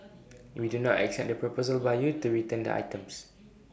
we do not accept the proposal by you to return the items